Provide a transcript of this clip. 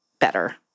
better